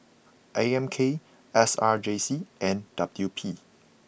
A M K S R J C and W P